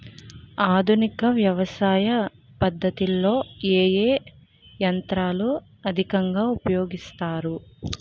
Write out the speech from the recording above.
ఆధునిక వ్యవసయ పద్ధతిలో ఏ ఏ యంత్రాలు అధికంగా ఉపయోగిస్తారు?